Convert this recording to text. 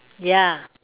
ya